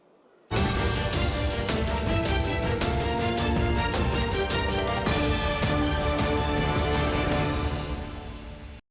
Дякую.